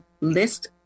list